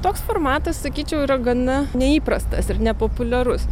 toks formatas sakyčiau yra gana neįprastas ir nepopuliarus